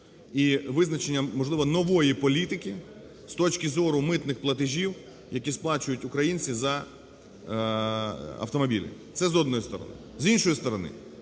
і визначення, можливо, нової політики з точки зору митних платежів, які сплачують українці за автомобілі. Це з однієї сторони. З іншої сторони,